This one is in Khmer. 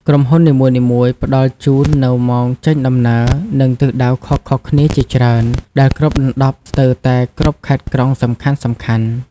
ក្រុមហ៊ុននីមួយៗផ្តល់ជូននូវ ម៉ោងចេញដំណើរ និងទិសដៅខុសៗគ្នាជាច្រើន ដែលគ្របដណ្តប់ស្ទើរតែគ្រប់ខេត្តក្រុងសំខាន់ៗ។